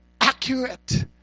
accurate